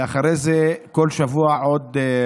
ואחרי זה כל חודש,